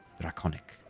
draconic